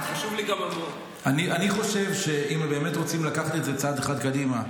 אבל חשב לי גם --- אני חושב שאם באמת רוצים לקחת את זה צעד אחד קדימה,